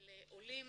שלעולים